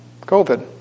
COVID